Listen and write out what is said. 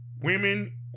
women